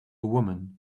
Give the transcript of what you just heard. woman